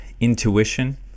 intuition